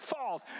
falls